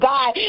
God